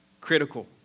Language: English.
critical